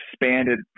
expanded